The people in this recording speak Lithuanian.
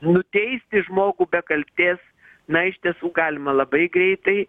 nuteisti žmogų be kaltės na iš tiesų galima labai greitai